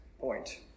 point